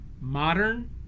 Modern